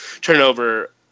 turnover